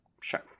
Sure